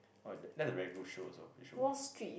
oh that's a very good show also you should watch